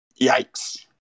Yikes